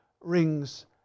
rings